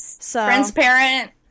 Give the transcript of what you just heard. transparent